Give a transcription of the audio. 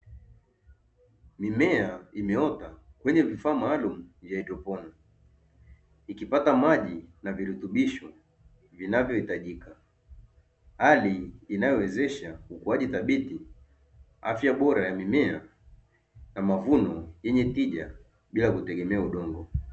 Mimea imeota kwenye vifaa maalumu vya haidroponi, ikipata maji na virutubisho vinavyohitajika hali inayowezesha ukuaji thabiti, afya bora ya mimea na mavuno yenye tija bila kutegemea udongo.